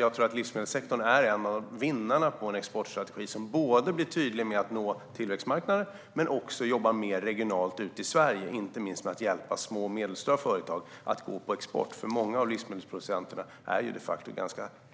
Jag tror att livsmedelssektorn är en av vinnarna i en exportstrategi som är tydlig med att nå tillväxtmarknader och som också jobbar mer regionalt i Sverige, inte minst med att hjälpa små och medelstora företag att gå på export. Många livsmedelsproducenter är ju de facto